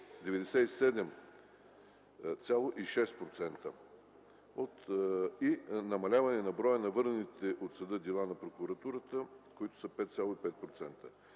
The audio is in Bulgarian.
97,6% и намаляване на броя на върнатите от съда дела на прокуратурата – 5,5%.